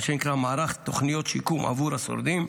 מה שנקרא מערך תוכניות שיקום עבור השורדים,